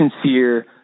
sincere